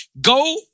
Go